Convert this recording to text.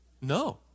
No